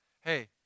hey